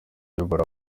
uyobora